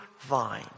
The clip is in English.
vine